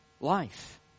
Life